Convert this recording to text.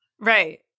Right